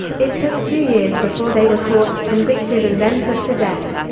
it took two years before they were caught, convicted and then put to death.